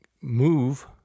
move